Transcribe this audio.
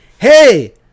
Hey